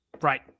Right